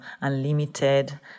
unlimited